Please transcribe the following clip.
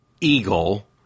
eagle